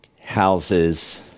houses